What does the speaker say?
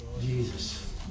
Jesus